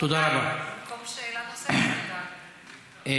במקום שאלה נוספת אני מודה לו.